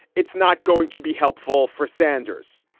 it's not going to be helpful for sanders.